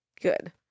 Good